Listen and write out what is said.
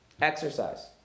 Exercise